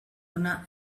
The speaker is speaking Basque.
ona